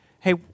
hey